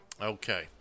Okay